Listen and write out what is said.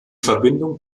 verbindung